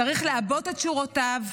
צריך לעבות את שורותיו,